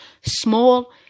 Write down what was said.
small